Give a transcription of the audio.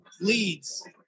leads